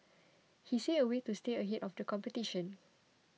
he see a way to stay ahead of the competition